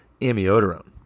amiodarone